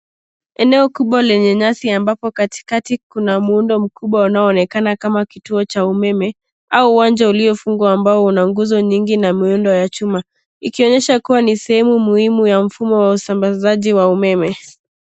Eneo kubwa lenye nyasi ambapo kati kati kuna muundo mkubwa unaoonekana kama kituo cha umeme au uwanja uliofungwa ambao una nguzo nyingi na miundo ya chuma ,ikionyesha kuwa ni sehemu muhimu ya mfumo wa usambazaji wa umeme.